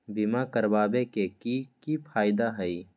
बीमा करबाबे के कि कि फायदा हई?